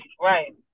Right